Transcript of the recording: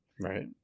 Right